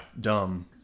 dumb